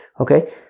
Okay